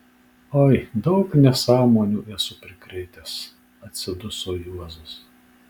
oi daug nesąmonių esu prikrėtęs atsiduso juozas